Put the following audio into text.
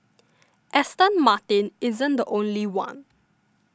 Aston Martin isn't the only one